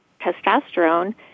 testosterone